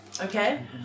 Okay